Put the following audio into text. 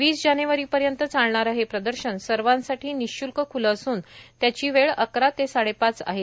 वीस जानेवारीपर्यंत चालणारं हे प्रदर्शन सर्वांसाठी निःशुल्क ख्लं असून त्याची वेळ अकरा ते साडेपाच ही आहे